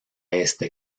este